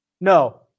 No